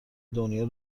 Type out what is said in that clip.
دنیا